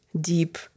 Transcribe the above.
deep